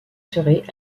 serez